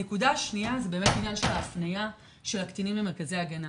הנקודה השנייה זה באמת העניין של ההפניה של הקטינים למרכזי הגנה.